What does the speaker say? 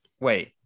wait